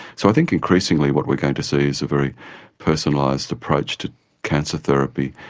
so i think increasingly what we're going to see is a very personalised approach to cancer therapy,